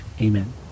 Amen